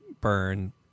burn